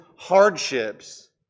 hardships